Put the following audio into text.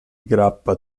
grappa